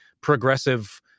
progressive